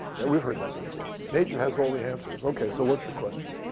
and we've heard that before. nature has all the answers. ok. so what's your question?